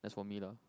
that's for me lah